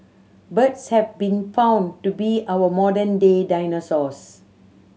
birds have been found to be our modern day dinosaurs